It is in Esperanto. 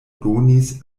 donis